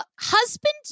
husband